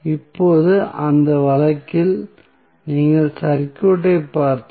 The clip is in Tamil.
இப்போது அந்த வழக்கில் நீங்கள் சர்க்யூட்டை பார்த்தால்